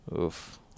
Oof